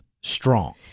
strong